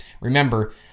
Remember